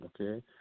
Okay